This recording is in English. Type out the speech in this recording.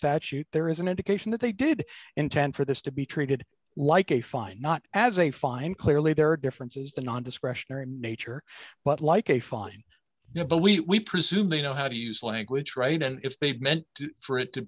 statute there is an indication that they did intend for this to be treated like a fine not as a fine clearly there are differences the non discretionary nature but like a fine you know but we presume they know how to use language right and if they'd meant for it to